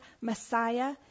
Messiah